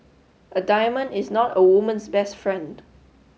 a diamond is not a woman's best friend